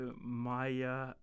Maya